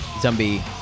Zombie